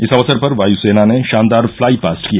इस अवसर पर वायुसेना ने शानदार फ्लाई पास्ट किया